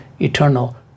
eternal